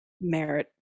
merit